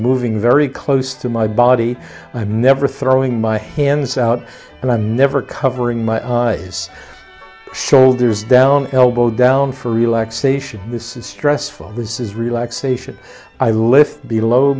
moving very close to my body i'm never throwing my hands out and i'm never covering my eyes shoulders down elbow down for relaxation this stressful whizzes relaxation i lift below